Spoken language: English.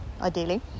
ideally